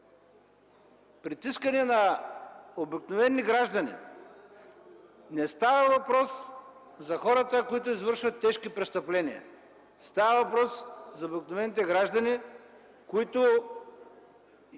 притискане на обикновени граждани? Не става въпрос за хората, които извършват тежки престъпления, а става въпрос за обикновените граждани, които